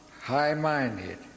high-minded